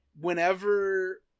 whenever